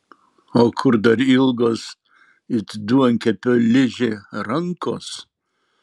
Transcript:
o kur dar ilgos it duonkepio ližė rankos